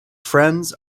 friends